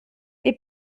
est